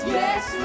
yes